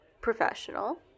professional